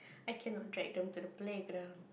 I cannot drag them to the play ground